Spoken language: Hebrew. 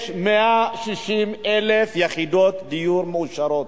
יש 160,000 יחידות דיור מאושרות.